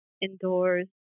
indoors